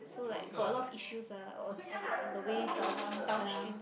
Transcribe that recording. so like got a lot of issues ah on on on the way down~ downstream